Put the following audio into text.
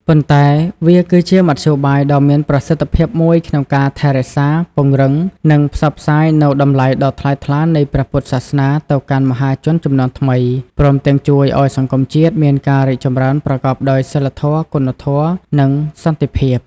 ប៉ុន្តែវាគឺជាមធ្យោបាយដ៏មានប្រសិទ្ធភាពមួយក្នុងការថែរក្សា ពង្រឹង និងផ្សព្វផ្សាយនូវតម្លៃដ៏ថ្លៃថ្លានៃព្រះពុទ្ធសាសនាទៅកាន់មហាជនជំនាន់ថ្មី ព្រមទាំងជួយឱ្យសង្គមជាតិមានការរីកចម្រើនប្រកបដោយសីលធម៌ គុណធម៌ និងសន្តិភាព។